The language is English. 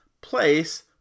place